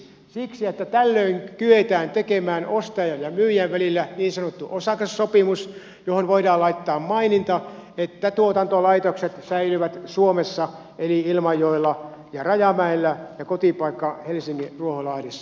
siksi että tällöin kyetään tekemään ostajan ja myyjän välillä niin sanottu osakassopimus johon voidaan laittaa maininta että tuotantolaitokset säilyvät suomessa eli ilmajoella ja rajamäellä ja kotipaikka helsingin ruoholahdessa